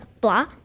blah